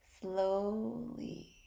Slowly